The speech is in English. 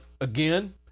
again